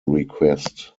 request